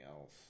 else